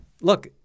look